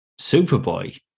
Superboy